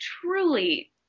truly